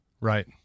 Right